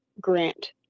grant